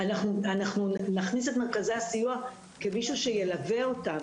אנחנו נכניס את מרכזי הסיוע כמישהו שילווה אותם,